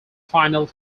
final